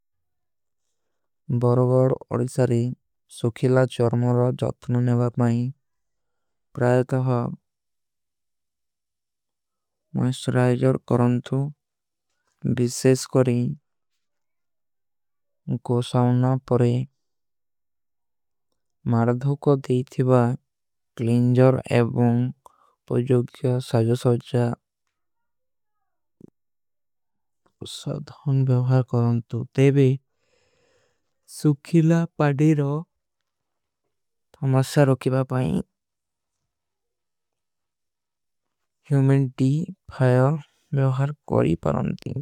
ବ୍ରାଓବ୍ରା ଉଦିସା ଚେ ରାଯେ ଜତୁନା ଏଵର୍ରା ପଇ ପ୍ରଥୈହା। ଵିଶେଷ କ୍ରି ଗୋସୌନା ପ୍ରୀ ମାରାଧୋଗା କେ ଥାଈ ଭର। କ୍ଲୀଂଜର ଇଵମ୍ବ ସାଜୋନ ସଜ୍ଜା ସାଧନ ଵ୍ଯଵହାର। କ୍ରଂତୁ ଇଵବୀ ସୁଖିଲା ପଦ୍ଦୀ ରୌ। ନରସରାଵପେଟ କିଵା ପଇ ଉମାନ ଦୀ ପ୍ରାହା କ୍ରି।